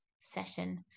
session